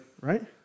right